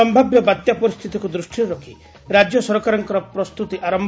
ସ୍ୟାବ୍ୟ ବାତ୍ୟା ପରିସ୍ତିତିକୁ ଦୃଷିରେ ରଖ ରାଜ୍ୟ ସରକାରଙ୍କ ପ୍ରସ୍ତୁତି ଆରମ୍